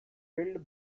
filled